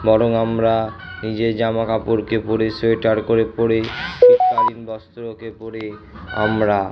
বরং আমরা নিজের জামা কাপড়কে পরে সোয়েটার করে পরে শীতকালীন বস্ত্রকে পরে আমরা